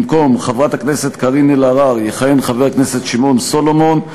במקום חברת הכנסת קארין אלהרר יכהן חבר הכנסת שמעון סולומון,